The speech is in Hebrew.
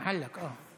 (שירות ללקוח) (תיקון,